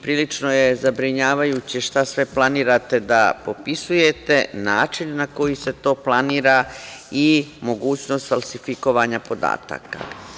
Prilično je zabrinjavajuće šta sve planirate da popisujete, način na koji se to planira i mogućnost falsifikovanja podataka.